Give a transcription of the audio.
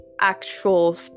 actual